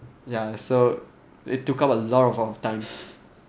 ya so it took up a lot of our time